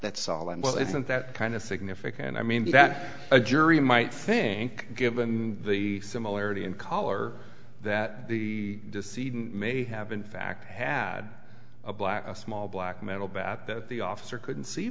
that's all and well isn't that kind of significant i mean that a jury might think given the similarity in color that the deceit may have in fact had a black a small black metal bat that the officer couldn't see